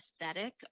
aesthetic